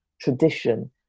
tradition